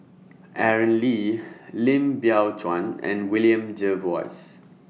Aaron Lee Lim Biow Chuan and William Jervois